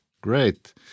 Great